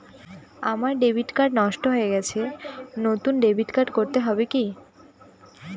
আমার debit card নষ্ট হয়ে গেছে নূতন ডেবিট কার্ড হবে কি?